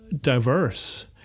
diverse